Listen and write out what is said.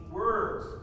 words